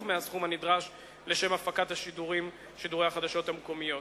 מהסכום הנדרש לשם הפקת שידורי החדשות המקומיות